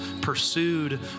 pursued